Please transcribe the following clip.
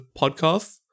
podcast